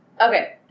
Okay